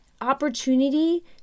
opportunity